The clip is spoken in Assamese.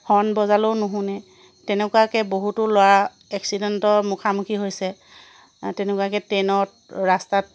হৰ্ণ বজালেও নুশুনে তেনেকুৱাকৈ বহুতো ল'ৰা এক্সিডেণ্টৰ মুখামুখি হৈছে তেনেকুৱাকৈ ট্ৰেইনত ৰাস্তাত